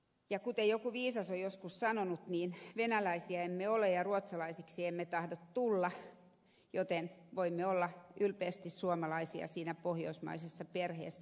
ja kuten joku viisas on joskus sanonut sanoisin itse kääntäen että venäläisiä emme ole ja ruotsalaisiksi emme tahdo tulla joten voimme olla ylpeästi suomalaisia siinä pohjoismaisessa perheessä